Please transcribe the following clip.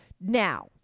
now